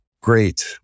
great